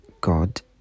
God